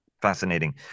Fascinating